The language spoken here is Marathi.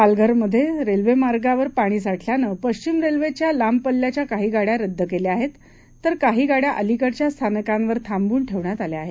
पालघरमध्ये रेल्वेमार्गावर पाणी साठल्यानं पश्चिम रेल्वेच्या लांब पल्ल्याच्या काही गाड्या रद्द केल्या आहेत तर काही गाड्या अलिकडच्या स्थानकांवर थांबवून ठेवण्यात आल्या आहेत